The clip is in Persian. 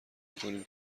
میکنیم